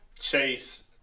chase